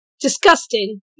Disgusting